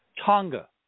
Tonga